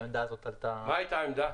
מה הייתה העמדה?